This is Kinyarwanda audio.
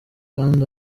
kandi